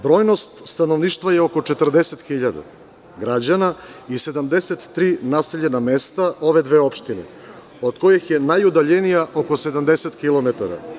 Brojnost stanovništva je oko 40.000 građana i 73 naseljena mesta ove dve opštine, od kojih je najudaljenija oko 70 kilometara.